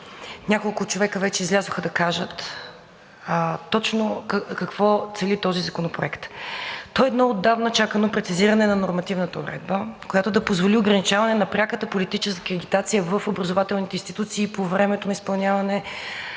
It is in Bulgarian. Няколко човека вече излязоха да кажат точно какво цели този законопроект. Той е едно отдавна чакано прецизиране на нормативната уредба, която да позволи ограничаване на пряката политическа агитация в образователните институции по времето на изпълняване